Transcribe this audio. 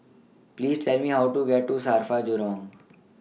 Please Tell Me How to get to SAFRA Jurong